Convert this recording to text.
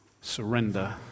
Surrender